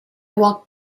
walked